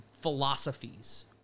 philosophies